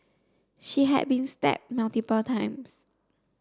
she had been stabbed multiple times